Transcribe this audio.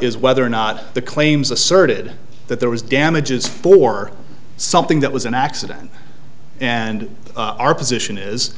is whether or not the claims asserted that there was damages for something that was an accident and our position is